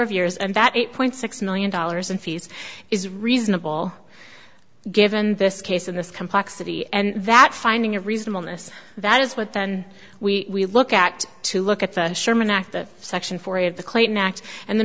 of years and that eight point six million dollars in fees is reasonable given this case and this complexity and that finding a reasonable miss that is what then we look at to look at the sherman act section four of the clayton act and the